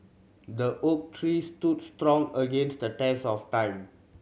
the oak tree stood strong against the test of time